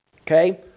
Okay